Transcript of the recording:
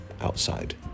outside